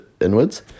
inwards